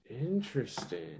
Interesting